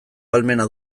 ahalmena